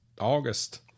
August